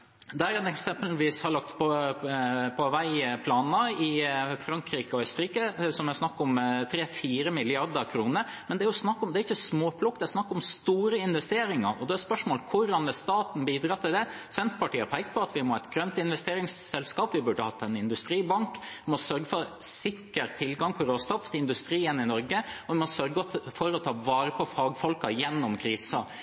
der en eksempelvis langt på vei har lagt planer i Frankrike og Østerrike, der det er snakk om 3–4 mrd. kr. Det er ikke småplukk. Det er snakk om store investeringer, og da er spørsmålet: Hvordan vil staten bidra til det? Senterpartiet har pekt på at vi må ha et grønt investeringsselskap. Vi burde hatt en industribank. Vi må sørge for sikker tilgang på råstoff til industrien i Norge, og vi må sørge for å ta